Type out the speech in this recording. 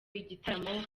igitaramo